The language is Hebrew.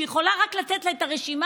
והיא יכולה רק לתת לה את הרשימה,